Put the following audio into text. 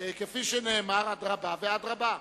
אדרבה ואדרבה.